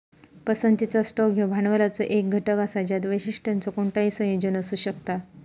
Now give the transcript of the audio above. पसंतीचा स्टॉक ह्यो भांडवलाचो एक घटक असा ज्यात वैशिष्ट्यांचो कोणताही संयोजन असू शकता